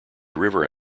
river